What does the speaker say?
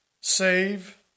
save